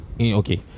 Okay